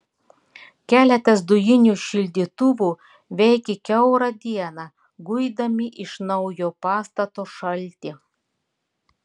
keletas dujinių šildytuvų veikė kiaurą dieną guidami iš naujo pastato šaltį